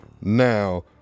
Now